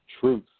truth